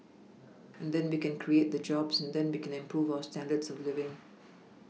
and then we can create the jobs and then we can improve our standards of living